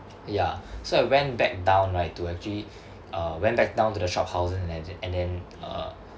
ya so I went back down right to actually uh went back down to the shophouses and then and then uh